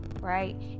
right